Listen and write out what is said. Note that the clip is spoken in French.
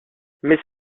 mais